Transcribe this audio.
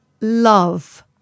love